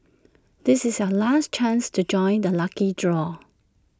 this is A last chance to join the lucky draw